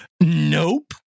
nope